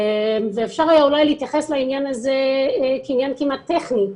ואפשר היה אולי להתייחס לעניין הזה כעניין כמעט טכני,